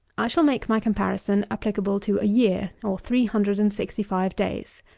i shall make my comparison applicable to a year, or three hundred and sixty-five days.